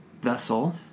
vessel